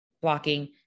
blocking